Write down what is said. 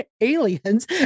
aliens